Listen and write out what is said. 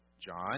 John